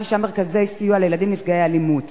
שישה מרכזי סיוע לילדים נפגעי אלימות.